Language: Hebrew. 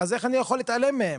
אז איך אני יכול להתעלם מהם.